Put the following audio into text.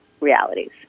realities